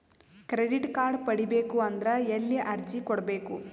Credit card ಪಡಿಬೇಕು ಅಂದ್ರ ಎಲ್ಲಿ ಅರ್ಜಿ ಕೊಡಬೇಕು?